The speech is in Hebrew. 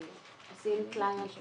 עושים תלאי על תלאי,